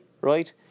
right